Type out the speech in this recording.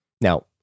Now